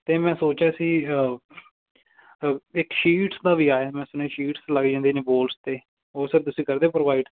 ਅਤੇ ਮੈਂ ਸੋਚ ਰਿਹਾ ਸੀ ਇੱਕ ਸ਼ੀਟਸ ਦਾ ਵੀ ਆਇਆ ਮੈਂ ਸੁਣਿਆ ਸ਼ੀਟਸ ਲੱਗ ਜਾਂਦੀਆਂ ਨੇ ਵੋਲਸ 'ਤੇ ਉਹ ਸਰ ਤੁਸੀਂ ਕਰਦੇ ਪ੍ਰੋਵਾਈਡ